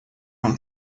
own